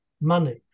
money